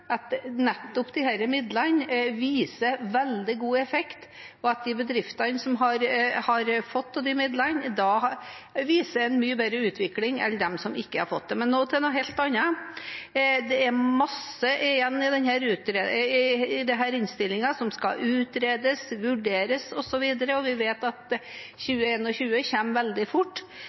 at nettopp disse midlene viser veldig god effekt, og at de bedriftene som har fått av disse midlene, viser en mye bedre utvikling enn dem som ikke har fått det. Men nå til noe helt annet. Det er fortsatt masse i denne innstillingen som skal utredes og vurderes, osv., og vi vet at 2021 kommer veldig fort.